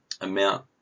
amount